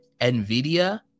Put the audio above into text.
NVIDIA